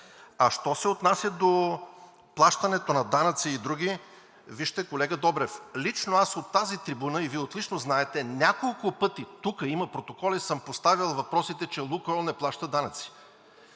Що се отнася до плащането на данъци и други. Вижте, колега Добрев, лично от тази трибуна и Вие отлично знаете, няколко пъти – тук има протоколи – съм поставял въпросите, че „Лукойл“ не плаща данъци.